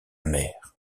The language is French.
mer